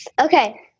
Okay